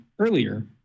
earlier